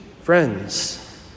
friends